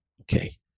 Okay